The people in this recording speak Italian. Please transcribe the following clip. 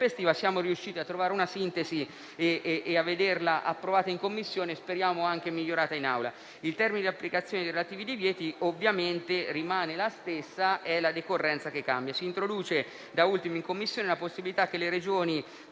Siamo riusciti a trovare una sintesi e a vederla approvata in Commissione, che speriamo venga migliorata in Assemblea. Il termine di applicazione dei relativi divieti ovviamente rimane lo stesso, mentre è la decorrenza che cambia. Si introduce da ultimo in Commissione la possibilità che le Regioni